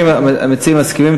המציעים מסכימים.